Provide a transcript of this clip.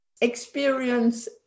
experience